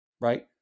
right